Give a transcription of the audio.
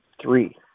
three